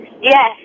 Yes